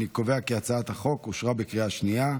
אני קובע כי הצעת החוק אושרה בקריאה שנייה.